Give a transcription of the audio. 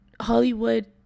hollywood